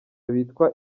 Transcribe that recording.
bitwa